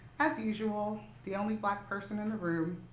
as usual, the only black person in the room,